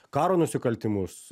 karo nusikaltimus